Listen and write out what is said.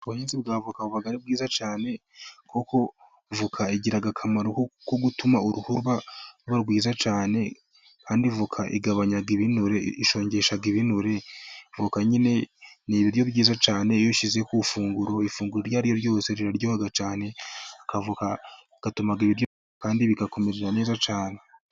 Ubuhinzi bwa voka buba ari bwiza cyane kuko voka igira akamaro ko gutuma uruhu ruba rwiza cyane kandika igabanya ibinure, ishongesha ibinure voka yine ni ibiryo byiza cane iyo ushyize ku ifunguro, ifunguro iryo ari ryo ryose riraryoha cyane bigatuma ibiryo kandi bikakumerera neza cyane.